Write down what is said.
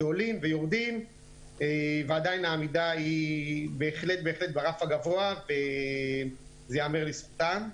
שעולים ויורדים ועדיין העמידה היא בהחלט ברף הגבוה וזה ייאמר לזכותם.